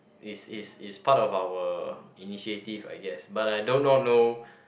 is is is part of our initiative I guess but I do not know